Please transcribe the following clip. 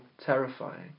terrifying